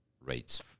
rates